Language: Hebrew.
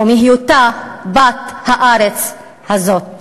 ומהיותה בת הארץ הזאת.